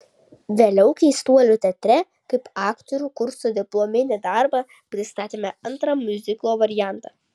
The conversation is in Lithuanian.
vėliau keistuolių teatre kaip aktorių kurso diplominį darbą pristatėme antrą miuziklo variantą